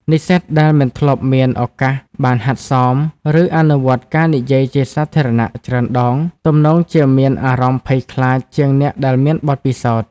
និស្សិតដែលមិនធ្លាប់មានឱកាសបានហាត់សម ឬអនុវត្តការនិយាយជាសាធារណៈច្រើនដង ទំនងជាមានអារម្មណ៍ភ័យខ្លាចជាងអ្នកដែលមានបទពិសោធន៍។